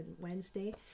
Wednesday